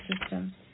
system